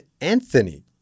Anthony